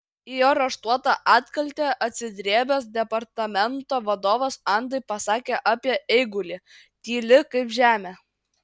į jo raštuotą atkaltę atsidrėbęs departamento vadovas andai pasakė apie eigulį tyli kaip žemė